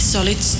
Solid